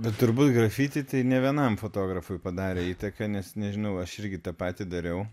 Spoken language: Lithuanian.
bet turbūt grafiti tai ne vienam fotografui padarė įtaką nes nežinau aš irgi tą patį dariau